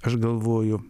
aš galvoju